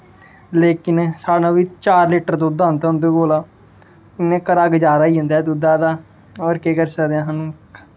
लेकिन साढ़े बी चार लीटर दुद्ध आंदा उं'दे कोला इ'यां घरा दा गज़ारा होई जंदा ऐ दुद्ध दा होर केह् करी सकदे ऐ सानूं